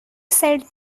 said